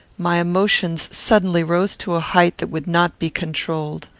my emotions suddenly rose to a height that would not be controlled.